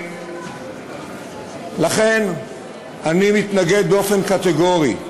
לכן אני מתנגד באופן קטגורי,